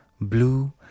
blue